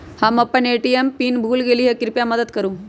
हम अपन ATM PIN भूल गेली ह, कृपया मदत करू